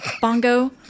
Bongo